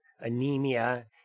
anemia